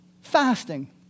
Fasting